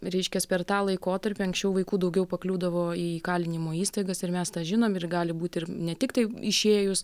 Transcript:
reiškias per tą laikotarpį anksčiau vaikų daugiau pakliūdavo į įkalinimo įstaigas ir mes tą žinom ir gali būt ir ne tiktai išėjus